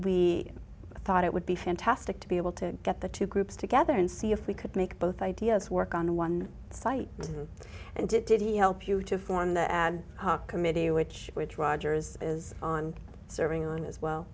we thought it would be fantastic to be able to get the two groups together and see if we could make both ideas work on one site and it didn't help you to form the ad hoc committee which which roger is is on serving on as well